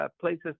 places